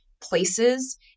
places